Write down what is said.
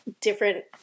different